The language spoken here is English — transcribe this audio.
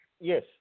yes